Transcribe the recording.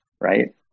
Right